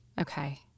Okay